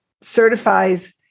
certifies